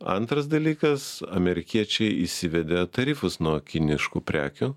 antras dalykas amerikiečiai įsivedė tarifus nuo kiniškų prekių